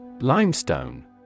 Limestone